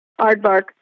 aardvark